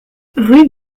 rue